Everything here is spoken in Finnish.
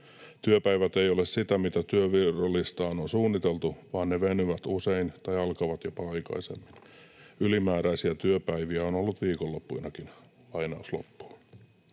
Työpäivät eivät ole sitä, mitä työvuorolistaan on suunniteltu, vaan ne venyvät usein tai alkavat jopa aikaisemmin. Ylimääräisiä työpäiviä on ollut viikonloppuinakin”.